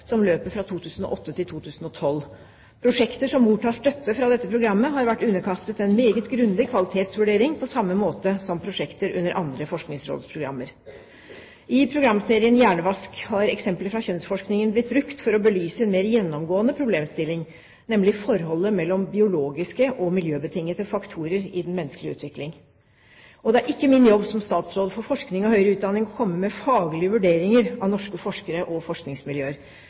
som løper fra 2008–2012. Prosjekter som mottar støtte fra dette programmet, har vært underkastet en meget grundig kvalitetsvurdering, på samme måte som prosjekter under andre forskningsrådsprogrammer. I programserien Hjernevask har eksempler fra kjønnsforskningen blitt brukt for å belyse en mer gjennomgående problemstilling, nemlig forholdet mellom biologiske og miljøbetingete faktorer i den menneskelige utvikling. Det er ikke min jobb som statsråd for forskning og høyere utdanning å komme med faglige vurderinger av norske forskere og forskningsmiljøer.